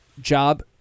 job